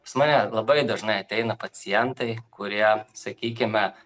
pas mane labai dažnai ateina pacientai kurie sakykime